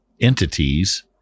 entities